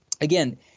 again